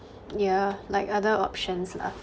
yeah like other options lah